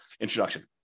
introduction